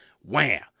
wham